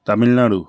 Tamil Nadu